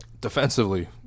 Defensively